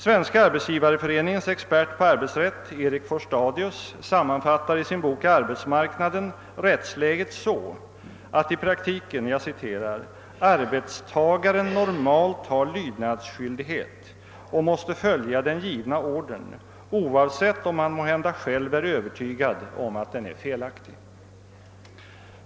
Svenska arbetsgivareföreningens expert på arbetsrätt Eric Forstadius sammanfattar i sin bok Arbetsmarknaden rättsläget så att i praktiken »arbetstagaren normalt har lydnadsskyldighet och måste följa den givna ordern, oavsett om han måhända själv är övertygad om att den är felaktig».